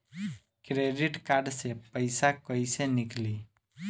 Credit card से पईसा केइसे निकली?